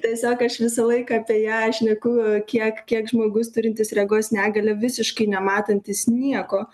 tiesiog aš visą laiką apie ją šneku kiek kiek žmogus turintis regos negalią visiškai nematantis nieko